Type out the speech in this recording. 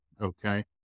okay